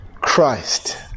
Christ